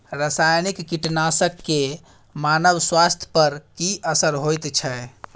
रसायनिक कीटनासक के मानव स्वास्थ्य पर की असर होयत छै?